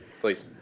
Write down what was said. please